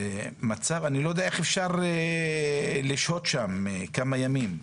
אני לא יודע איך אפשר לשהות שם כמה ימים,